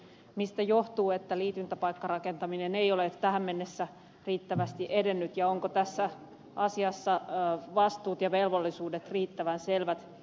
mistä johtuu että liityntäpaikkarakentaminen ei ole tähän mennessä riittävästi edennyt ja ovatko tässä asiassa vastuut ja velvollisuudet riittävän selvät